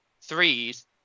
threes